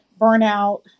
burnout